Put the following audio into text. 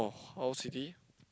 city